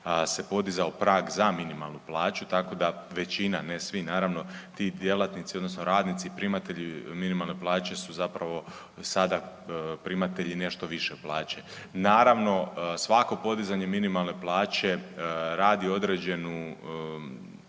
se podizao prag za minimalnu plaću, tako da većina, ne svi, naravno, ti djelatnici, odnosno radnici, primatelji minimalne plaće su zapravo sada primatelji nešto više plaće. Naravno, svako podizanje minimalne plaće radi određenu